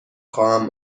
خواهم